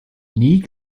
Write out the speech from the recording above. nie